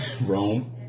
Rome